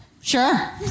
Sure